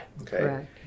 Okay